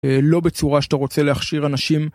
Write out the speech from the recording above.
לא בצורה שאתה רוצה להכשיר אנשים.